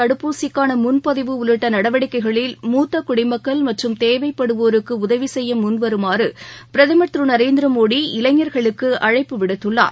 தடுப்பூசிக்கானமுன்பதிவு உள்ளிட்டநடவடிக்கைகளில் மூத்தகுடிமக்கள் தேவைப்படுவோருக்குஉதவிசெய்யமுன்வருமாறுபிரதமர் திருநரேந்திரமோடி மற்றும் இளைஞர்களுக்குஅழைப்பு விடுத்துள்ளார்